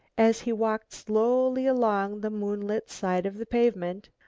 as he walked slowly along the moonlit side of the pavement,